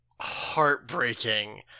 heartbreaking